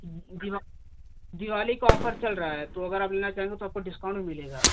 दिवा दिवाली का ऑफ़र चल रहा है तो अगर आप लेना चाहेंगे तो आपको डिस्काउंट भी मिलेगा